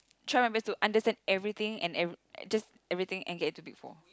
try my best to understand everything and ev~ just everything and get into Big-Four